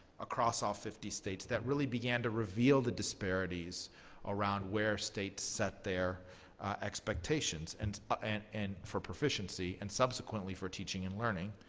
across all fifty states that really began to reveal the disparities around around where states set their expectations and ah and and for proficiency and subsequently for teaching and learning.